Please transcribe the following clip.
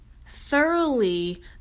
thoroughly